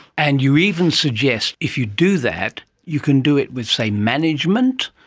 and you even suggest if you do that you can do it with, say, management,